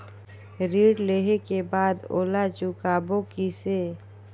ऋण लेहें के बाद ओला चुकाबो किसे?